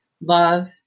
love